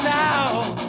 now